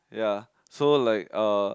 ya so like uh